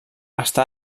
està